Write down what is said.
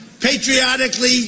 patriotically